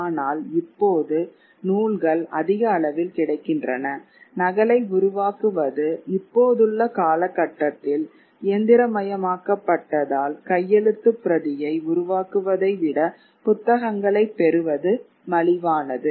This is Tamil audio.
ஆனால் இப்போது நூல்கள் அதிக அளவில் கிடைக்கின்றன நகலை உருவாக்குவது இப்போதுள்ள காலகட்டத்தில் இயந்திரமயமாக்கப்பட்டதால் கையெழுத்துப் பிரதியை உருவாக்குவதை விட புத்தகங்களைப் பெறுவது மலிவானது